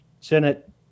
Senate